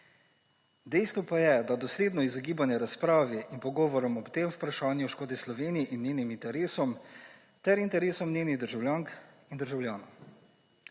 Dejstvo pa je, da dosledno izogibanje razpravi in pogovorom o tem vprašanju škodi Sloveniji in njenim interesom ter interesom njenih državljank in državljanov.